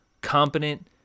competent